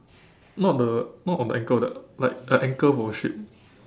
not the not on the ankle the like a anchor for ship